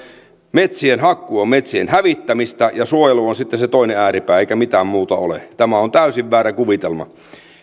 metsien hakkuu on metsien hävittämistä ja suojelu on sitten se toinen ääripää eikä mitään muuta ole tämä on täysin väärä kuvitelma